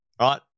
right